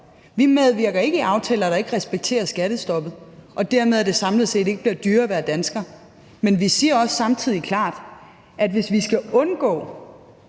Vi medvirker ikke i aftaler, der ikke respekterer skattestoppet, og at det dermed samlet set ikke bliver dyrere at være dansker. Men vi siger også samtidig klart, at hvis vi skal undgå,